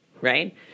right